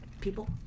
people